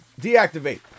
deactivate